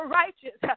righteous